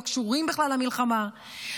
לא קשורים בכלל למלחמה,